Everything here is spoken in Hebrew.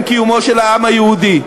ולעצם קיומו של העם היהודי.